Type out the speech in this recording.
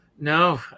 No